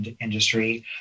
industry